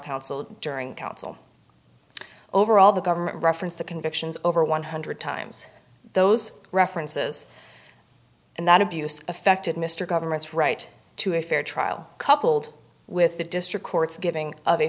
counsel during counsel overall the government referenced the convictions over one hundred times those references and that abuse affected mr government's right to a fair trial coupled with the district courts giving o